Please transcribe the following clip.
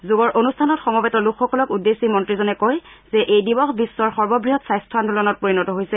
যোগৰ অনুষ্ঠানত সমবেত লোকসকলক উদ্দেশ্যে মন্ত্ৰীজনে কয় যে এই দিৱস বিশ্বৰ সৰ্ববৃহৎ স্বাস্থ্য আন্দোলনত পৰিণত হৈছে